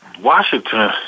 Washington